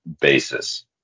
basis